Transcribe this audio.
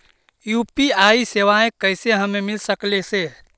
UPI सेवाएं कैसे हमें मिल सकले से?